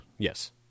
Yes